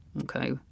Okay